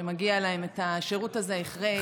שמגיע להם השירות הזה אחרי עיכוב באמת כל כך ארוך.